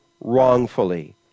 wrongfully